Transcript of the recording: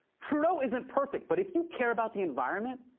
trudeau isn't perfect, but if you care about the environment,